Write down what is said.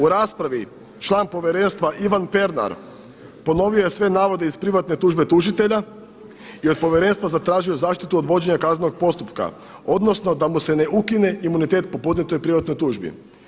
U raspravi član povjerenstva Ivan Pernar ponovio je sve navode iz privatne tužbe tužitelja i od povjerenstva zatražio zaštitu od vođenja kaznenog postupka odnosno da mu se ne ukine imunitet po podnijetoj privatnoj tužbi.